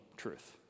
truth